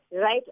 right